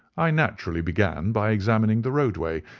i naturally began by examining the roadway,